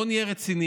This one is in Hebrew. בואו נהיה רציניים.